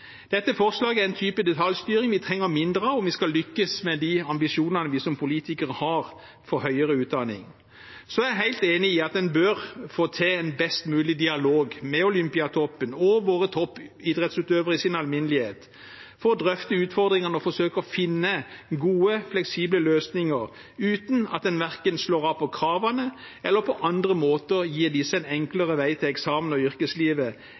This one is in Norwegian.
Dette forslaget er en type detaljstyring vi trenger mindre av, om vi skal lykkes med de ambisjonene vi som politikere har for høyere utdanning. Så er jeg helt enig i at man bør få til en best mulig dialog med Olympiatoppen og våre toppidrettsutøvere i sin alminnelighet for å drøfte utfordringene og forsøke å finne gode, fleksible løsninger – uten at man verken slår av på kravene eller på andre måter gir disse en enklere vei til eksamen og yrkeslivet